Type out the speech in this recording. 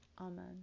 Amen